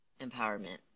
empowerment